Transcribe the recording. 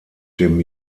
dem